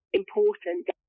important